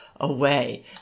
away